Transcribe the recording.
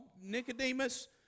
Nicodemus